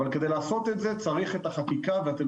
אבל כדי לעשות את זה צריך את החקיקה ואתם